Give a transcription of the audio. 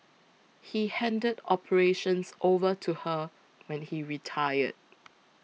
he handed operations over to her when he retired